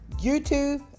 YouTube